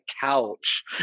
couch